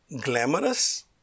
glamorous